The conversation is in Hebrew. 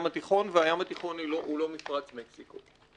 התיכון והים התיכון הוא לא מפרץ מקסיקו.